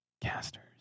casters